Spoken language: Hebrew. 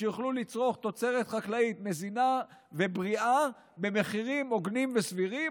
ושיוכלו לצרוך תוצרת חקלאית מזינה ובריאה במחירים הוגנים וסבירים.